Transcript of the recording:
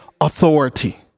authority